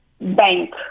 Bank